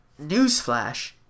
Newsflash